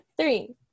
three